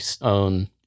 own